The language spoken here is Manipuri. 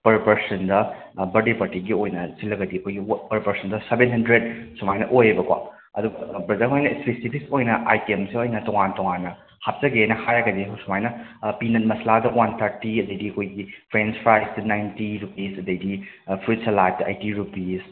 ꯄꯔ ꯄꯔꯁꯟꯗ ꯕꯥꯔꯗꯦ ꯄꯥꯔꯇꯤꯒꯤ ꯑꯣꯏꯅ ꯁꯤꯜꯂꯒꯗꯤ ꯑꯩꯈꯣꯏꯒꯤ ꯄꯔ ꯄꯔꯁꯟꯗ ꯁꯕꯦꯟ ꯍꯟꯗ꯭ꯔꯦꯗ ꯁꯨꯃꯥꯏꯅ ꯑꯣꯌꯦꯕꯀꯣ ꯑꯗꯣ ꯕ꯭ꯔꯗꯔ ꯍꯣꯏꯅ ꯁ꯭ꯄꯦꯁꯤꯌꯦꯂꯤꯁ ꯑꯣꯏꯅ ꯑꯥꯏꯇꯦꯝꯁꯇ ꯑꯣꯏꯅ ꯇꯣꯉꯥꯟ ꯇꯣꯉꯥꯟꯅ ꯍꯥꯞꯆꯒꯦꯅ ꯍꯥꯏꯔꯒꯗꯤ ꯁꯨꯃꯥꯏꯅ ꯄꯤꯅꯠ ꯃꯁꯂꯥꯗ ꯋꯥꯟ ꯊꯥꯔꯇꯤ ꯑꯗꯒꯤ ꯑꯩꯈꯣꯏꯒꯤ ꯐ꯭ꯔꯦꯟꯁ ꯐ꯭ꯔꯥꯏꯗ ꯅꯥꯏꯟꯇꯤ ꯔꯨꯄꯤꯁ ꯑꯗꯒꯤ ꯐ꯭ꯔꯨꯠ ꯁꯂꯥꯠꯇ ꯑꯩꯠꯇꯤ ꯔꯨꯄꯤꯁ